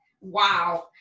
Wow